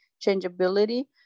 changeability